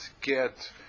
get